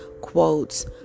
quotes